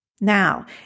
Now